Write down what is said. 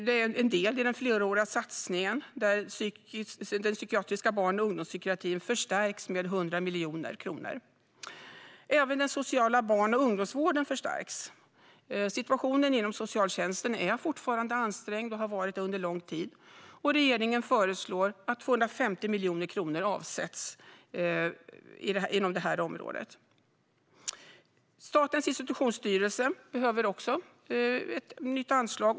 Det är en del i den fleråriga satsningen. Barn och ungdomspsykiatrin förstärks med 100 miljoner kronor. Även den sociala barn och ungdomsvården förstärks. Situationen inom socialtjänsten är fortfarande ansträngd - den har varit det under en lång tid. Regeringen föreslår att 250 miljoner kronor avsätts till detta område. Statens institutionsstyrelse behöver också ett nytt anslag.